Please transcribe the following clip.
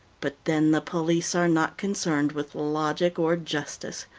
but, then, the police are not concerned with logic or justice.